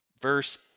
Verse